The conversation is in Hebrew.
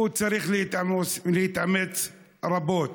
הוא צריך להתאמץ רבות.